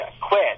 quit